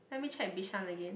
let me check bishan again